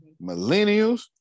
Millennials